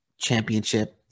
championship